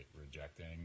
rejecting